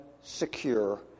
secure